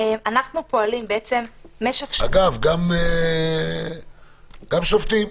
אגב, גם שופטים,